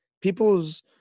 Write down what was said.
people's